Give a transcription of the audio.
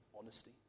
honesty